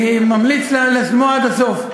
אני ממליץ לשמוע עד הסוף.